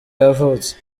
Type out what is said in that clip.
yavutse